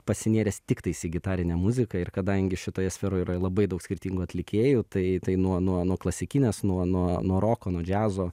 pasinėręs tiktais į gitarinę muziką ir kadangi šitoje sferoje yra labai daug skirtingų atlikėjų tai tai nuo nuo klasikinės nuo nuo roko nuo džiazo